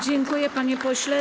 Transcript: Dziękuję, panie pośle.